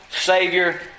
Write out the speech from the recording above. Savior